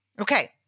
Okay